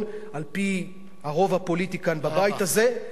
על-פי הרוב הפוליטי כאן בבית הזה,